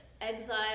exile